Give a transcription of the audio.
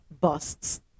busts